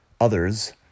others